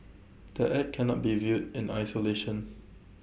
the act cannot be viewed in isolation